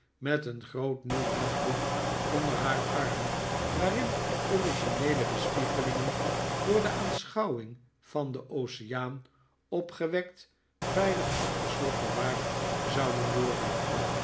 met een groot nieuw dagboek onder haar arm waarin origineele bespiegelingeni door de aanschouwing van den oceaan opgewekt veilig achter slot bewaard zouden worden